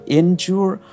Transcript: endure